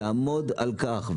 תעמוד על כך.